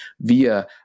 via